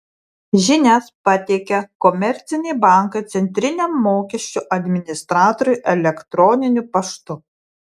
žinias pateikia komerciniai bankai centriniam mokesčių administratoriui elektroniniu paštu